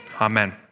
Amen